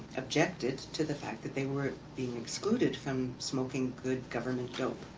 objected to the fact that they were being excluded from smoking good government dope.